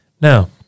Now